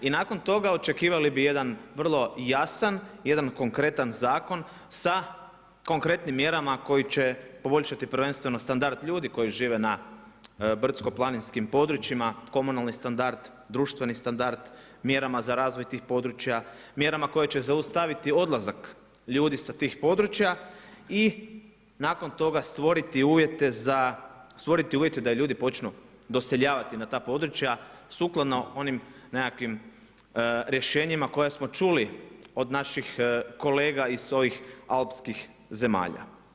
I nakon toga očekivali bi jedan vrlo jasan, jedan konkretan zakon sa konkretnim mjerama koji će poboljšati prvenstveno standard ljudi koji žive na brdsko-planinskim područjima, komunalni standard, društveni standard, mjerama za razvoj tih područja, mjerama koje će zaustaviti odlazak ljudi sa tih područja i nakon toga stvoriti uvjete da i ljudi počnu doseljavati na ta područja sukladno onim nekakvim rješenjima koja smo čuli od naših kolega iz ovih alpskih zemalja.